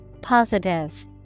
Positive